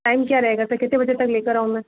time क्या रहेगा sir कितने बजे तक लेकर आऊं मैं